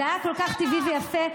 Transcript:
זה היה כל כך טבעי ויפה,